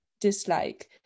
dislike